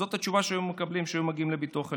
זאת התשובה שהיו מקבלים כשהיו מגיעים לביטוח הלאומי.